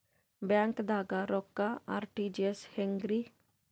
ಬ್ಯಾಂಕ್ದಾಗ ರೊಕ್ಕ ಆರ್.ಟಿ.ಜಿ.ಎಸ್ ಹೆಂಗ್ರಿ?